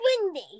windy